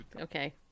okay